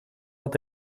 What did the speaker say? had